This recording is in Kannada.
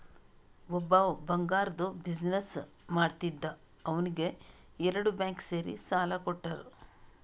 ಒಬ್ಬವ್ ಬಂಗಾರ್ದು ಬಿಸಿನ್ನೆಸ್ ಮಾಡ್ತಿದ್ದ ಅವ್ನಿಗ ಎರಡು ಬ್ಯಾಂಕ್ ಸೇರಿ ಸಾಲಾ ಕೊಟ್ಟಾರ್